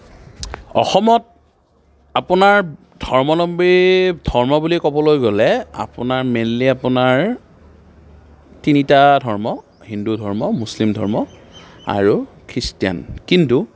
অসমত আপোনাৰ ধৰ্মাৱলম্বী ধৰ্ম বুলি ক'বলৈ গ'লে আপোনাৰ মেইনলি আপোনাৰ তিনিটা ধৰ্ম হিন্দু ধৰ্ম মুছলিম ধৰ্ম আৰু খ্ৰীষ্টিয়ান কিন্তু